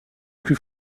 plus